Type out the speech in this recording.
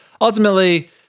ultimately